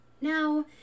Now